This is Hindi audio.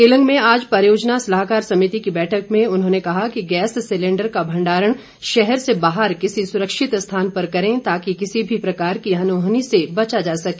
केलंग में आज परियोजना सलाहकार समिति की बैठक में उन्होंने कहा कि गैस सिलेंडर का भंडारण शहर से बाहर किसी सुरक्षित स्थान पर करें ताकि किसी भी प्रकार की अनहोनी से बचा जा सके